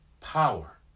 Power